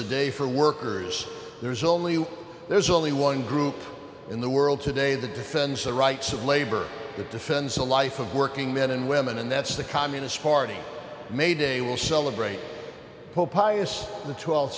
the day for workers there's only there's only one group in the world today the defense the rights of labor the defense a life of working men and women and that's the communist party made a will celebrate